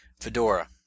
Fedora